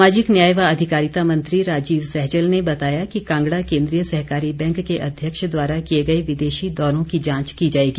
सामाजिक न्याय व अधिकारिता मंत्री राजीव सहजल ने बताया कि कांगड़ा केंद्रीय सहकारी बैंक के अध्यक्ष द्वारा किए गए विदेशी दौरों की जांच की जाएगी